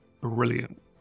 brilliant